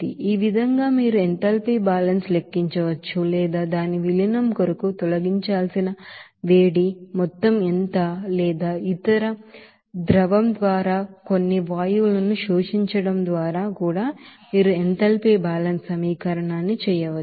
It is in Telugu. ఈ విధంగా మీరు ఎంథాల్పీ ఎనర్జీ బాలన్స్ ఈక్వేషన్ లెక్కించవచ్చు లేదా దాని విలీనం కొరకు తొలగించాల్సిన వేడి మొత్తం ఎంత లేదా ఇతర ద్రవం ద్వారా కొన్ని వాయువులను ఆబ్సర్ప్షన్ ద్వారా కూడా మీరు ఎంథాల్పీ ఎనర్జీ బాలన్స్ ఈక్వేషన్ న్ని చేయవచ్చు